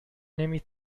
نمی